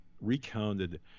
recounted